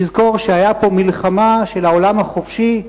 ונזכור שהיתה פה מלחמה של העולם החופשי,